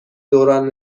دوران